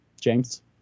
James